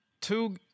two